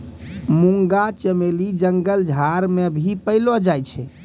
मुंगा चमेली जंगल झाड़ मे भी पैलो जाय छै